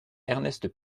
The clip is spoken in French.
ernest